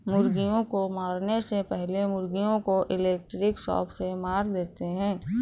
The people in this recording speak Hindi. मुर्गियों को मारने से पहले मुर्गियों को इलेक्ट्रिक शॉक से मार देते हैं